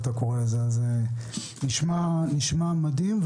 נשמע מדהים,